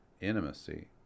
intimacy